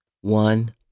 One